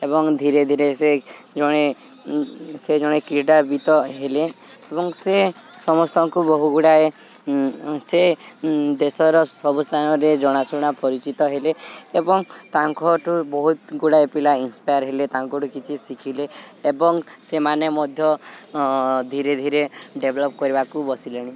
ଏବଂ ଧୀରେ ଧୀରେ ସେ ଜଣେ ସେ ଜଣେ କ୍ରୀଡ଼ାବିତ୍ ହେଲେ ଏବଂ ସେ ସମସ୍ତଙ୍କୁ ବହୁ ଗୁଡ଼ାଏ ସେ ଦେଶର ସବୁ ସ୍ଥାନରେ ଜଣାଶୁଣା ପରିଚିତ ହେଲେ ଏବଂ ତାଙ୍କଠୁ ବହୁତ ଗୁଡ଼ାଏ ପିଲା ଇନ୍ସପାୟାର ହେଲେ ତାଙ୍କଠୁ କିଛି ଶିଖିଲେ ଏବଂ ସେମାନେ ମଧ୍ୟ ଧୀରେ ଧୀରେ ଡେଭଲପ୍ କରିବାକୁ ବସିଲେଣି